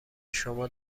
شما